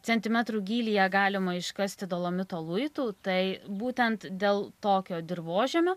centimetrų gylyje galima iškasti dolomito luitų tai būtent dėl tokio dirvožemio